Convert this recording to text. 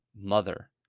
Mother